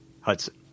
Hudson